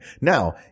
Now